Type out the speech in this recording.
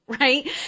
right